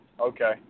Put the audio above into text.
okay